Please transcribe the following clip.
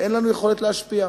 אין לנו יכולת להשפיע.